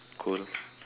cool